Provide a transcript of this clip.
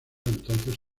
entonces